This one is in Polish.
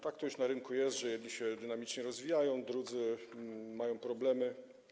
Tak to już na rynku jest, że jedni dynamicznie się rozwijają, drudzy mają problemy.